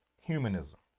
humanism